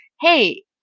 hey